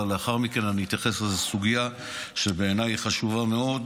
ולאחר מכן אתייחס לאיזו סוגיה שבעיניי היא חשובה מאוד.